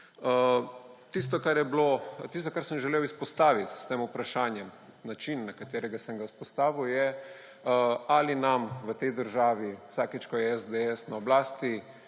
Tisto, kar sem želel izpostaviti s tem vprašanjem, način, na katerega sem ga postavil, je, ali nam v tej državi vsakič, ko je SDS na oblasti,